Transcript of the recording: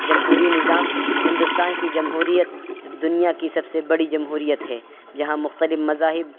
جمہوری نظام ہندوستان کی جمہویت دنیا کی سب سے بڑی جمہوریت ہے جہاں مختلف مذاہب